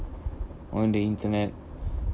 on the internet